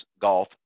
golf